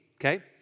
okay